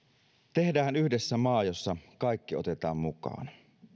tehdään yhdessä maa jossa kaikki otetaan mukaan